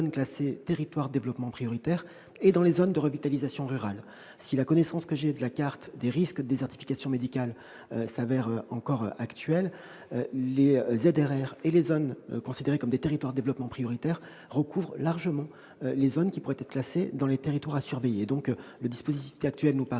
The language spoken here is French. les territoires ruraux de développement prioritaires ou dans les zones de revitalisation rurale. Si la connaissance que j'ai de la carte des risques de désertification médicale est encore actuelle, les ZRR et les zones considérées comme des territoires ruraux de développement prioritaires couvrent largement les zones susceptibles d'être classées au nombre des territoires à surveiller. Le dispositif actuel nous paraît